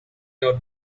your